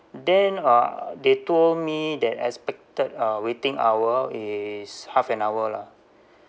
then uh they told me that expected uh waiting hour is half an hour lah